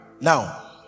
Now